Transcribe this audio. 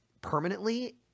permanently